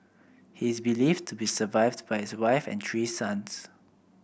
he is believed to be survived by his wife and three sons